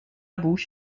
bouche